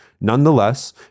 nonetheless